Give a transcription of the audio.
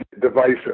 Divisive